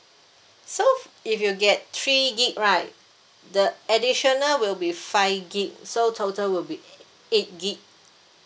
so if you get three gig right the additional will be five gig so total will be eight gig